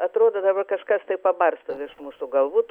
atrodo dabar kažkas tai pabarsto virš mūsų galvų